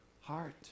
heart